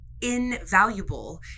Invaluable